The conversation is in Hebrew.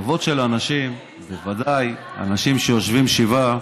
כבוד של אנשים, בוודאי אנשים שיושבים שבעה,